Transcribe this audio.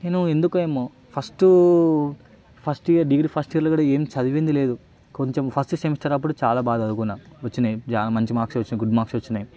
నేను ఎందుకో ఏమో first first year degree first ఇయర్లో కూడా ఏం చదివింది లేదు కొంచెం ఫస్టు సెమిస్టర్ అప్పుడు చాలా బాగా చదువుకున్న వచ్చినాయి చాలా మంచి మార్క్స్ వచ్చినాయి గుడ్ మార్క్స్ వచ్చినాయి